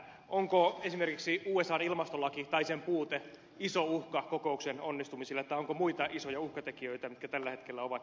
onko esimerkiksi usan ilmastolaki tai sen puute iso uhka kokouksen onnistumiselle tai onko muita isoja uhkatekijöitä mitkä tällä hetkellä ovat päällä